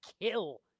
kill